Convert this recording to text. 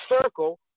circle